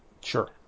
Sure